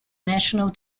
national